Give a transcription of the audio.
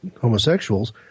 homosexuals